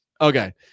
Okay